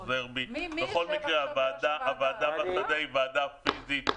בכל מקרה הוועדה היא פיזית,